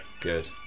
Good